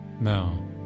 Now